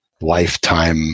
lifetime